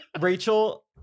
Rachel